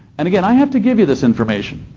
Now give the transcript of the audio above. and, again, i have to give you this information.